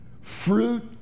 fruit